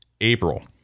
April